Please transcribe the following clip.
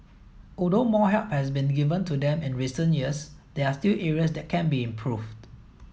although more help has been given to them in recent years there are still areas that can be improved